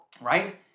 right